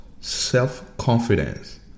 self-confidence